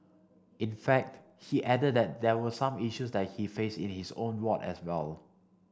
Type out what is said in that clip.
in fact he added that there were some issues that he faced in his own ward as well